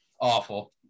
Awful